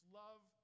love